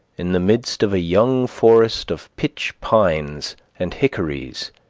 in the midst of a young forest of pitch pines and hickories,